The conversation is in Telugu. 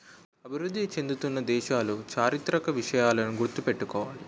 అభివృద్ధి చెందుతున్న దేశాలు చారిత్రక విషయాలను గుర్తు పెట్టుకోవాలి